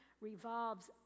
revolves